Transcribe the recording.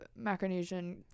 Micronesian